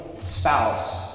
spouse